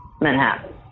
Manhattan